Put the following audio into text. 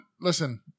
Listen